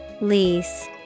Lease